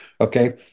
Okay